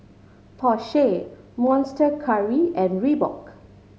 Porsche Monster Curry and Reebok